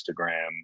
Instagram